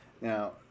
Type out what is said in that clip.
Now